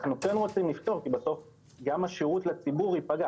אנחנו כן רוצים לפתור כי בסוף גם השירות לציבור ייפגע.